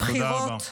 תודה רבה.